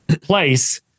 place